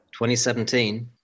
2017